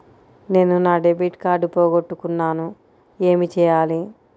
నేను నా debit card పోగొట్టుకున్నాను ఏమి చేయాలి?